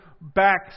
back